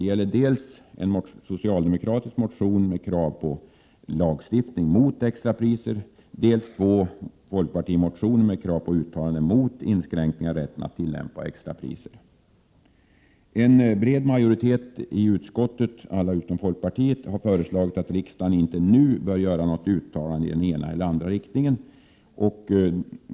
1987/88:124 om en socialdemokratisk motion med krav på lagstiftning mot extrapriser, 20 maj 1988 dels är det fråga om två folkpartimotioner med krav på uttalanden mot inskränkningar i rätten att tillämpa extrapriser. En bred majoritet i utskottet —- alla utom folkpartiet — har anfört att riksdagen inte nu bör göra något uttalande i den ena eller den andra riktningen.